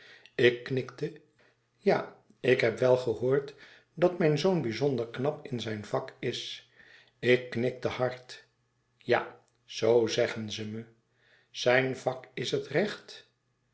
ik knikte ja ik heb wel gehoord dat mijn zoon bijzonder knap in zijn vak is ik knikte hard ja zoo zeggen ze me zijn vak is het recht